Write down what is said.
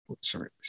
Sorry